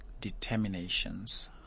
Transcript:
determinations